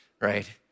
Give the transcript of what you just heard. right